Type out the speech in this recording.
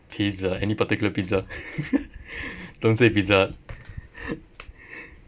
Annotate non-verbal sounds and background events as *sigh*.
pizza any particular pizza *laughs* don't say pizza *laughs*